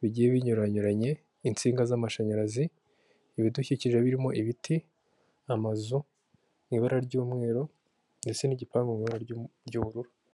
bigiye binyuranyuranye, insinga z'amashanyarazi, ibidukikije birimo ibiti, amazu mu ibara ry'umweru ndetse n'igipangu mu ibara ry'ubururu.